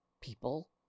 people